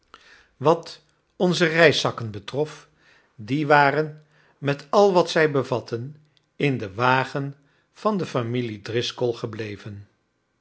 wat onze reiszakken betrof die waren met al wat zij bevatten in den wagen van de familie driscoll gebleven